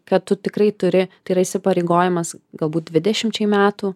kad tu tikrai turi tai yra įsipareigojimas galbūt dvidešimčiai metų